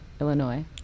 Illinois